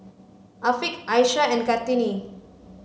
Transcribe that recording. Afiq Aishah and Kartini